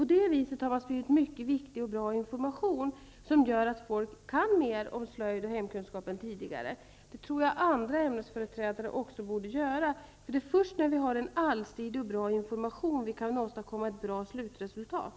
På det viset har man spridit bra och viktig information, som gör att folk kan mer om hemkunskap och slöjd än tidigare. Andra ämnesföreträdare borde också göra det. Det är först när vi har en allsidig och bra information som vi kan åstadkomma ett bra slutresultat.